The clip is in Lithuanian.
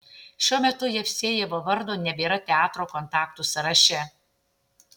šiuo metu jevsejevo vardo nebėra teatro kontaktų sąraše